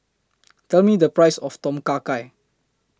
Tell Me The Price of Tom Kha Gai